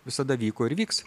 visada vyko ir vyks